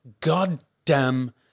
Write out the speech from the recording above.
goddamn